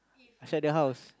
outside the house